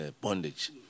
bondage